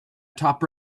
top